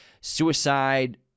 suicide